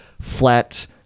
flat